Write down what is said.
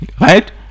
right